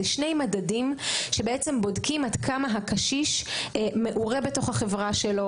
אלה שני מדדים שבודקים עד כמה הקשיש מעורה בתוך החברה שלו,